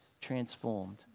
transformed